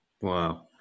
Wow